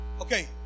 Okay